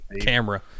camera